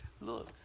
Look